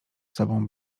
sobą